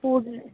food न्